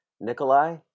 Nikolai